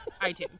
iTunes